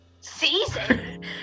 Season